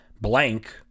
blank